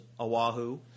Oahu